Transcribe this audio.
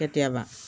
কেতিয়াবা